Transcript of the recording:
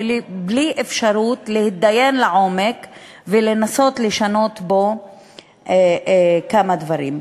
ובלי אפשרות להתדיין לעומק ולנסות לשנות בו כמה דברים.